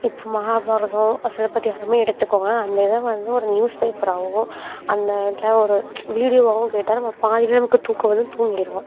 இப்போ மஹாபாரதம் சிலப்பதிகாரமே எடுத்துக்கோங்க அந்த இதை வந்து ஒரு நியூஸ்பேப்பராவோ அந்த இடத்துல ஒரு வீடியோவாயும் கேட்டால் நம்ம பாதியில் நமக்கு தூக்கம் வருதுன்னு தூங்கிருவோம்